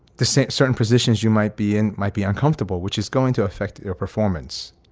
the same, certain positions you might be in might be uncomfortable, which is going to affect your performance.